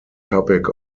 topic